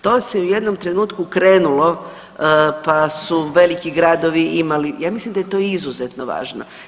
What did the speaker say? To se u jednom trenutku krenulo pa su veliki gradovi imali, ja mislim da je to izuzetno važno.